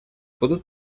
будут